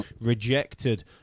rejected